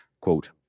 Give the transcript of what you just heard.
quote